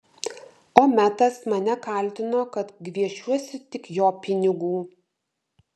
o metas mane kaltino kad gviešiuosi tik jo pinigų